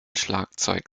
schlagzeug